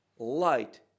Light